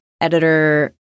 editor